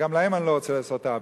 אבל גם להם אני לא רוצה לעשות עוול,